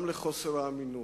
גם לחוסר האמינות,